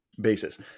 basis